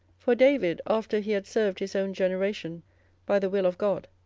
for david, after he had served his own generation by the will of god,